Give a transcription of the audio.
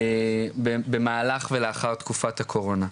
במהלך ולאחר תקופת הקורונה.